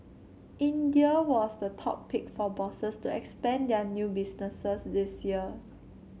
India was the top pick for bosses to expand their new businesses this year